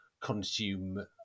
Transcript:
consume